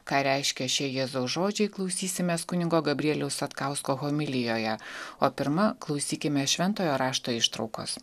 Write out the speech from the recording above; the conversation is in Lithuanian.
ką reiškia šie jėzaus žodžiai klausysimės kunigo gabrieliaus satkausko homilijoje o pirma klausykime šventojo rašto ištraukos